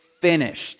finished